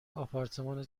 آپارتمان